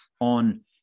on